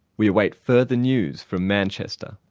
we await further news from manchester.